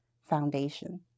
foundation